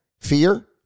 Fear